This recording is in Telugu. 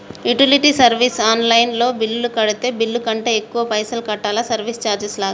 యుటిలిటీ సర్వీస్ ఆన్ లైన్ లో బిల్లు కడితే బిల్లు కంటే ఎక్కువ పైసల్ కట్టాలా సర్వీస్ చార్జెస్ లాగా?